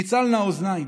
תצילנה האוזניים.